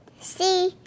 see